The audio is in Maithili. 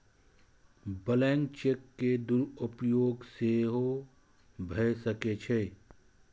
ब्लैंक चेक के दुरुपयोग सेहो भए सकै छै